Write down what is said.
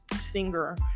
singer